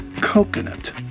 coconut